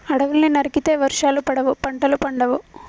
అడవుల్ని నరికితే వర్షాలు పడవు, పంటలు పండవు